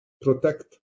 protect